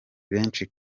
benshi